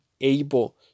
able